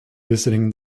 visiting